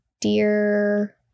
Dear